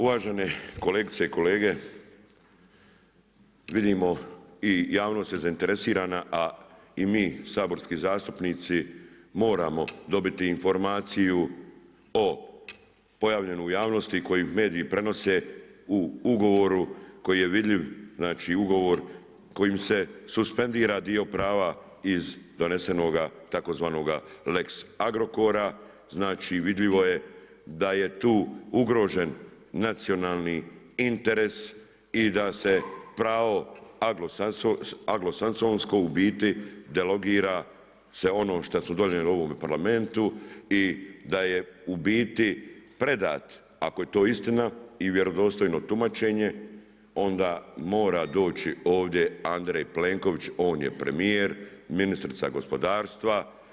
Uvaženi kolegice i kolege, vidimo i javnost je zainteresirana a i mi saborski zastupnici, moramo dobiti informaciju o pojavljenu u javnosti, koji mediji prenose u ugovoru koji je vidljiv, znači ugovor kojim se suspendira dio prava iz donesenoga tzv. lex Agrokora, znači vidljivo je da je tu ugrožen nacionalni interes, i da se pravo … u biti delegira se ono što smo donijeli u ovom Parlamentu i da je u biti predati ako je to istina i vjerodostojno tumačenje, onda mora doći ovdje Andrej Plenković, on je premjer, ministrica gospodarstva.